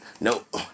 Nope